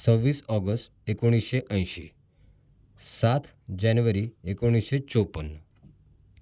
सव्वीस ऑगस्ट एकोणीसशे ऐंशी सात जानेवारी एकोणीसशे चोपन्न